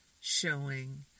showing